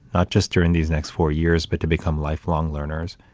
not just during these next four years, but to become lifelong learners,